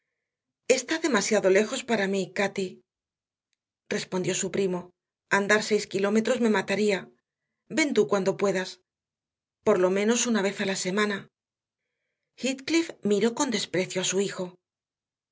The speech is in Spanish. está demasiado lejos para mí cati respondió su primo andar seis kilómetros me mataría ven tú cuando puedas por lo menos una vez a la semana heathcliff miró con desprecio a su hijo